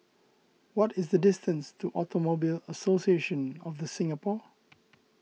what is the distance to Automobile Association of the Singapore